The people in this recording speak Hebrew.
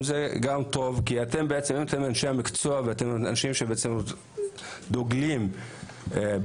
זה גם טוב כי אם אתם אנשי מקצוע ואנשים שדוגלים בשוויון,